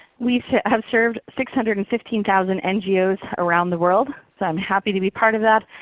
we have served six hundred and fifteen thousand ngos around the world. so i'm happy to be part of that.